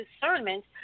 discernment